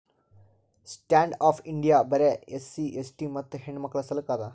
stand up India ಬರೆ SC ST ಮತ್ತ ಹೆಣ್ಣಮಕ್ಕುಳ ಸಲಕ್ ಅದ